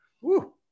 Woo